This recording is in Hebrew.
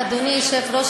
אדוני היושב-ראש,